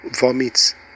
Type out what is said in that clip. vomit